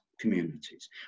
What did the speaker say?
communities